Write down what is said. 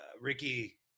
Ricky